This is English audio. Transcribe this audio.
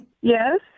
Yes